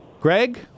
Greg